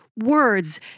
words